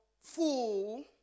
fool